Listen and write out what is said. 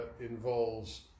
involves